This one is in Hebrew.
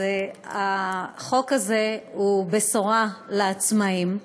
החוק הזה הוא בשורה לעצמאים.